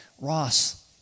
Ross